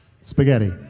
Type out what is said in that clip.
Spaghetti